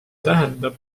tähendab